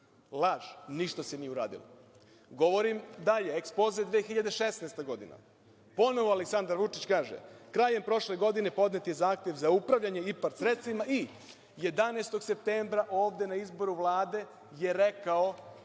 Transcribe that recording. Laž. Ništa se nije uradilo. Govorim dalje, ekspoze 2016. godina, ponovo Aleksandar Vučić kaže – krajem prošle godine podnet je zahtev za upravljanje IPARD sredstvima i 11. septembra ovde na izboru Vlade je rekao